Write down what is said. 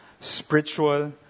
spiritual